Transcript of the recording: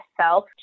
self